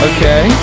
Okay